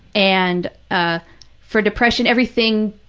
and ah for depression, everything